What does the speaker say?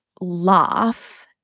laugh